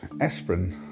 Aspirin